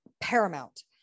paramount